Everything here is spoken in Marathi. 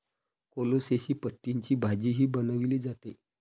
कोलोसेसी पतींची भाजीही बनवली जाते